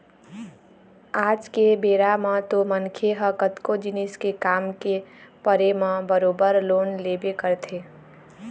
आज के बेरा म तो मनखे ह कतको जिनिस के काम के परे म बरोबर लोन लेबे करथे